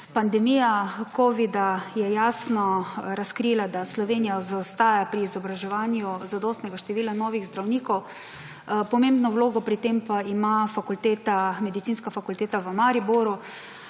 Pandemija covida je jasno razkrila, da Slovenija zaostaja pri izobraževanju zadostnega števila novih zdravnikov. Pomembno vlogo pri tem pa ima Medicinska fakulteta v Mariboru,